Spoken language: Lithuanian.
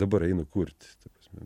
dabar einu kurt ta prasme